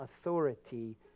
authority